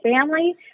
family